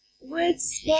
Words